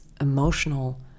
emotional